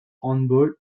handball